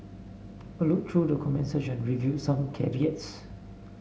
a look through the comments section revealed some caveats